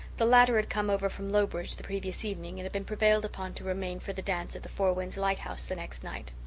the latter had come over from lowbridge the previous evening and had been prevailed upon to remain for the dance at the four winds lighthouse the next night.